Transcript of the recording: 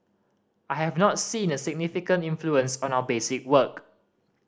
I have not seen a significant influence on our basic work